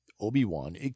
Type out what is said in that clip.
Obi-Wan